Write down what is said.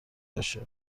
باشه